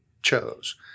chose